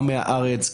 גם מהארץ,